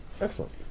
Excellent